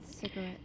cigarette